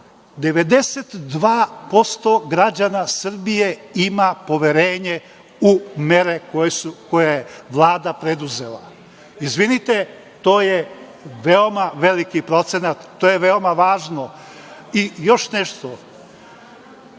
92% građana Srbije ima poverenje u mere koje je Vlada preduzela. Izvinite, to je veoma veliki procenat. To je veoma važno. Još nešto,